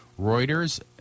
Reuters